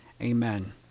amen